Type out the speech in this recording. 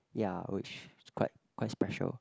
ya which was quite quite special